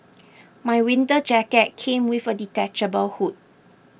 my winter jacket came with a detachable hood